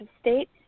state